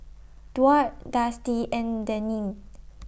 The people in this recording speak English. Duard Dusty and Denine